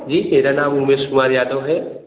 जी मेरा नाम उमेश कुमार यादव है